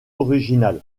original